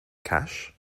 cash